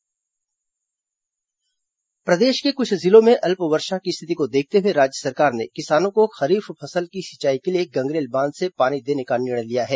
गंगरेल बांध पानी प्रदेश के कृछ जिलों में अल्पवर्षा की स्थिति को देखते हुए राज्य सरकार ने किसानों को खरीफ फसल की सिंचाई के लिए गंगरेल बांध से पानी देने का निर्णय लिया है